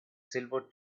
silver